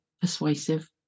persuasive